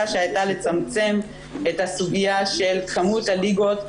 שהייתה לצמצם את הסוגיה של כמות הליגות,